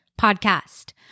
podcast